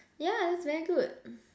ya that's very good